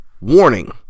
Warning